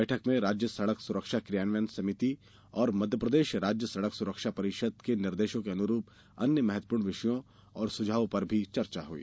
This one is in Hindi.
बैठक में राज्य सड़क सुरक्षा क्रियान्वयन समिति और मध्यप्रदेश राज्य सड़क सुरक्षा परिषद् के निर्देशों के अनुरूप अन्य महत्वपूर्ण विषयों और सुझावों पर भी चर्चा हुई